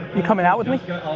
you coming out with me?